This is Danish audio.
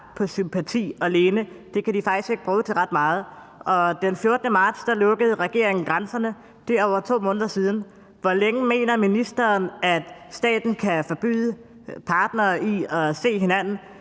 på sympati alene. Det kan de faktisk ikke bruge til ret meget. Den 14. marts lukkede regeringen grænserne, og det er over 2 måneder siden. Hvor længe mener ministeren at staten kan forbyde partnere i at se hinanden?